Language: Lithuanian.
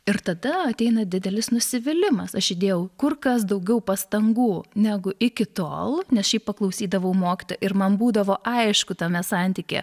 ir tada ateina didelis nusivylimas aš įdėjau kur kas daugiau pastangų negu iki tol nes šiaip paklausydavau mokytojo ir man būdavo aišku tame santykyje